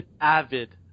avid